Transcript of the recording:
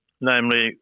namely